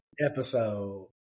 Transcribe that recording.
episode